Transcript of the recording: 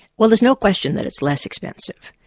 well there's no question that it's less expensive,